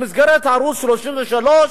במסגרת ערוץ-33?